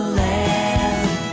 land